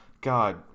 God